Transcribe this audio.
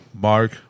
Mark